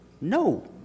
No